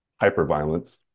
hyper-violence